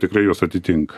tikrai juos atitink